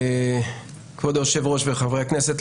כבוד היושב-ראש וחברי הכנסת,